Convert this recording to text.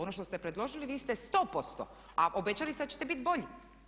Ono što ste predložili vi ste 100% a obećali ste da ćete biti bolji.